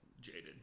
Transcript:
jaded